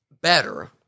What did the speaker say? better